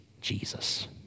Jesus